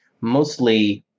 mostly